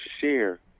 share